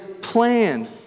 plan